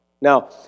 Now